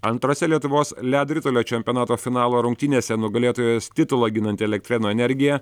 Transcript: antrose lietuvos ledo ritulio čempionato finalo rungtynėse nugalėtojos titulą ginanti elektrėnų energija